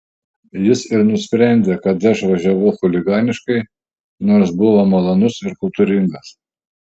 jis ir nusprendė kad aš važiavau chuliganiškai nors buvo malonus ir kultūringas